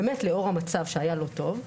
באמת, לאור המצב שהיה לא טוב,